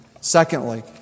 Secondly